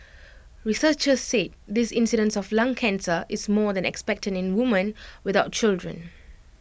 researchers said this incidence of lung cancer is more than expected in women without children